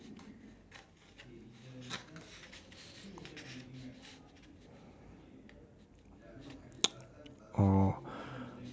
oh